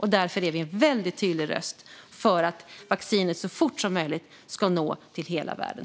Därför är vi en väldigt tydlig röst för att vaccinet så fort som möjligt ska nå till hela världen.